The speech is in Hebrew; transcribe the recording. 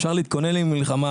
אפשר להתכונן למלחמה,